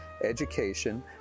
education